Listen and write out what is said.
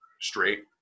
straight